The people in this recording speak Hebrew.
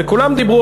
וכולם דיברו,